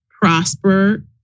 prosper